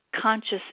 conscious